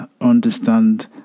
understand